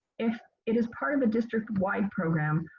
if it is part of a district wide program,